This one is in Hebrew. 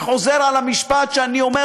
אני חוזר על המשפט שאני אומר